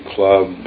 Club